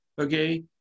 okay